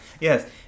Yes